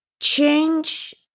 change